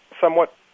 somewhat